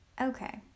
okay